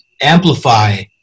amplify